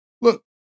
Look